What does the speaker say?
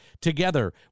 Together